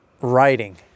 writing